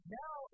now